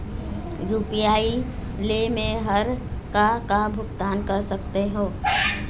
UPI ले मे हर का का भुगतान कर सकत हो?